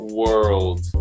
world